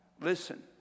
Listen